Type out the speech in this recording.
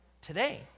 Today